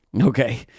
Okay